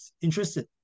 Interested